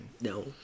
No